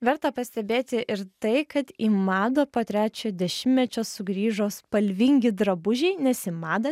verta pastebėti ir tai kad į madą po trečio dešimtmečio sugrįžo spalvingi drabužiai nes į madą